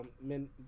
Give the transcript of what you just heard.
men